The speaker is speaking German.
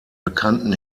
bekannten